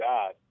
God